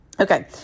Okay